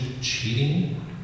cheating